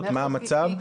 מה המצב,